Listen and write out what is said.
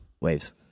Waves